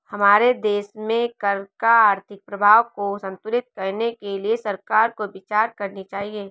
हमारे देश में कर का आर्थिक प्रभाव को संतुलित करने के लिए सरकार को विचार करनी चाहिए